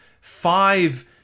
five